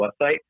website